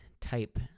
type